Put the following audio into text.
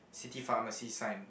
city pharmacy sign